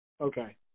okay